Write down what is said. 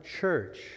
church